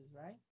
right